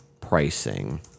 pricing